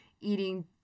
eating